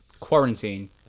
Quarantine